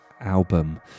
album